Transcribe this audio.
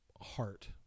heart